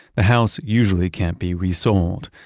the house usually can't be resold.